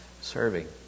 serving